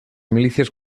milicias